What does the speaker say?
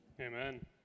Amen